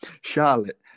Charlotte